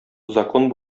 закон